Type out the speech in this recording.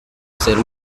ser